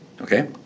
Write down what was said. Okay